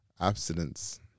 abstinence